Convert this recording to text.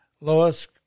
Lois